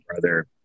brother